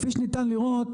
כפי שניתן לראות,